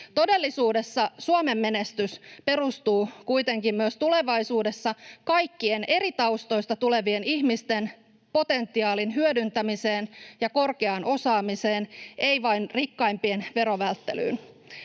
Todellisuudessa Suomen menestys perustuu kuitenkin myös tulevaisuudessa kaikkien eri taustoista tulevien ihmisten potentiaalin hyödyntämiseen ja korkeaan osaamiseen, ei vain rikkaimpien verovälttelyyn.